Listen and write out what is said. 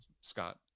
Scott